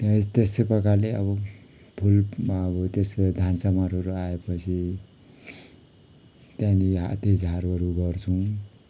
त्यस्तै प्रकारले अब फुलमा अब त्यसको धानचमराहरू आएपछि त्यहाँदेखि हाते झारहरू गोड्छौँ